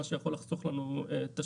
מה שיכול לחסוך לנו תשתיות.